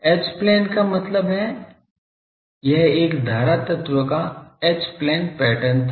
H plane का मतलब है यह एक धारा तत्व का एच प्लेन पैटर्न था